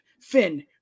Finn